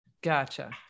Gotcha